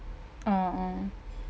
ah ah